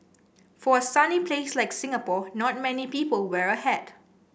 for a sunny place like Singapore not many people wear a hat